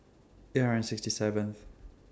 eight hundred sixty seventh